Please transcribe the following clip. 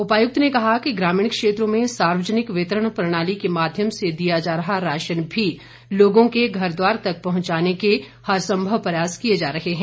उपायुक्त ने कहा कि ग्रामीण क्षेत्रों में सार्वजनिक वितरण प्रणाली के माध्यम से दिया जा रहा राशन भी लोगों के घरद्वार तक पहुंचाने के हर संभव प्रयास किए जा रहे हैं